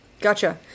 Gotcha